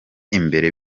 imbere